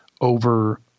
over